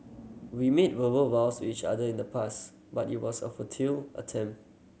we made verbal vows to each other in the past but it was a futile attempt